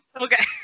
Okay